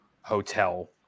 hotel